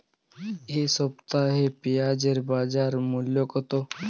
এ সপ্তাহে পেঁয়াজের বাজার মূল্য কত?